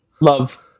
Love